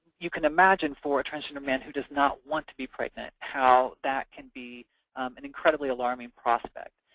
you can imagine for a transgender man who does not want to be pregnant, how that can be an incredibly alarming prospect.